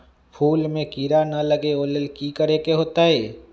फूल में किरा ना लगे ओ लेल कि करे के होतई?